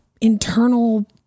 internal